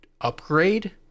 upgrade